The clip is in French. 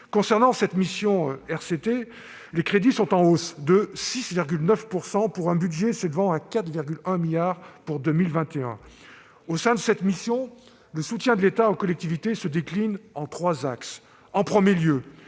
Concernant la mission RCT, les crédits sont en hausse de 6,9 %, pour un budget s'élevant à 4,1 milliards d'euros pour 2021. Au sein de cette mission, le soutien de l'État aux collectivités se décline en trois axes. Premier axe